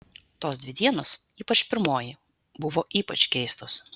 tos dvi dienos ypač pirmoji buvo ypač keistos